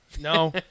No